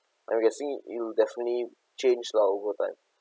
I'm guessing you definitely changed lah over time